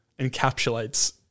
encapsulates